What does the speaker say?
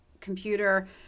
computer